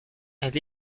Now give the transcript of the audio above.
elle